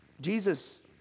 Jesus